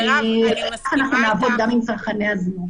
אנחנו נעבוד גם עם צרכני הזנות.